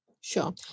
Sure